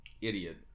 Idiot